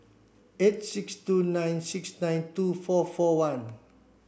eight six two nine six nine two four four one